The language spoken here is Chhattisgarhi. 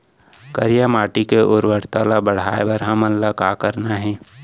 करिया माटी के उर्वरता ला बढ़ाए बर हमन ला का करना हे?